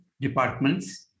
departments